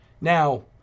Now